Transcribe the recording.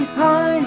hi